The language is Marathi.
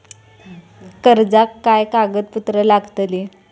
कर्जाक काय कागदपत्र लागतली?